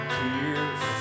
tears